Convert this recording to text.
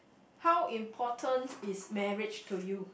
how important is marriage to you